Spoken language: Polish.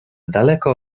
daleko